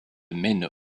mène